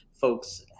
folks